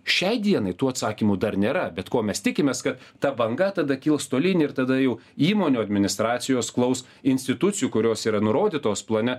šiai dienai tų atsakymų dar nėra bet ko mes tikimės kad ta banga tada kils tolyn ir tada jau įmonių administracijos klaus institucijų kurios yra nurodytos plane